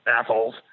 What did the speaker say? assholes